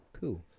cool